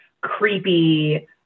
creepy